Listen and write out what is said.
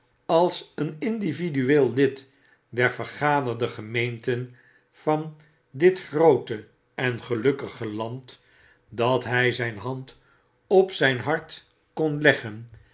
als een individueel lid der vergaderde gemeenten van dit groote en gelukkige land dat hy zyn hand op zyn hart kon leggen